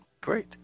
Great